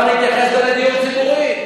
עכשיו אני אתייחס גם לדיור ציבורי.